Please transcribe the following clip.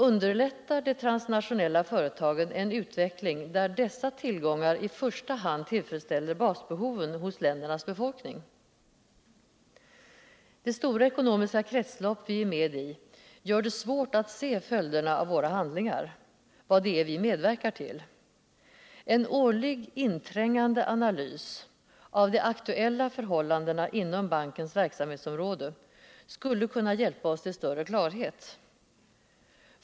Underlättar de transnationella företagen en utveckling där dessa tillgångar i första hand tillfredsställer basbehoven hos ländernas befolkning? De stora ekonomiska kretslopp vi är med i gör det svårt att se följderna av våra handlingar — vad det är vi medverkar till. En årlig inträngande analys av de aktuella förhållandena inom bankens verksamhetsområde skulle kunna hjälpa oss till större klarhet.